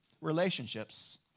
relationships